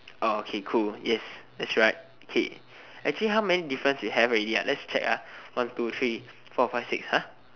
orh okay cool yes that's right okay actually how many differences you have already ah let's check ah one two three four five six !huh!